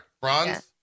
bronze